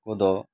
ᱠᱚᱫᱚ